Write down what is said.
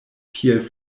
kiel